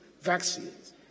vaccines